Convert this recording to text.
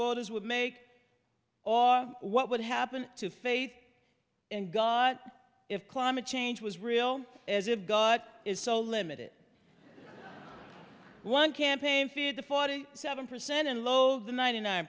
voters would make what would happen to faith in god if climate change was real as if god is so limited one campaign feed the forty seven percent and low the ninety nine